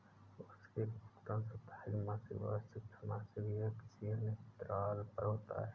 वार्षिकी का भुगतान साप्ताहिक, मासिक, वार्षिक, त्रिमासिक या किसी अन्य अंतराल पर होता है